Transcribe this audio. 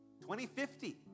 2050